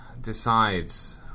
decides